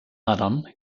adam